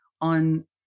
on